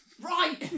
right